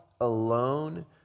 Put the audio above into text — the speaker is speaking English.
alone